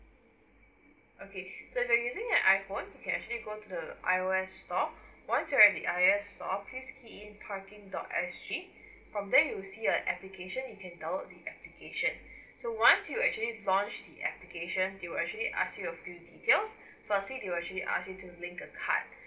okay so you are using an iphone you can actually go to the ios store once you at the ios store please key in parking dot s g from there you will see a application you can download the application so once you actually launch the application they will actually ask you a few details firstly they will actually ask you to link a card